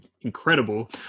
incredible